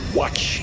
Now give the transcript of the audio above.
watch